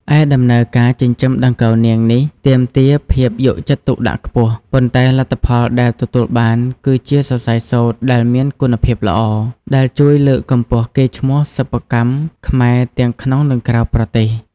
ឯដំណើរការចិញ្ចឹមដង្កូវនាងនេះទាមទារភាពយកចិត្តទុកដាក់ខ្ពស់ ប៉ុន្តែលទ្ធផលដែលទទួលបានគឺជាសរសៃសូត្រដែលមានគុណភាពល្អ ដែលជួយលើកកម្ពស់កេរ្តិ៍ឈ្មោះសិប្បកម្មខ្មែរទាំងក្នុងនិងក្រៅប្រទេស។